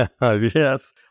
Yes